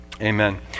Amen